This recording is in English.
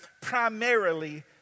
primarily